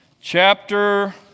chapter